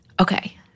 Okay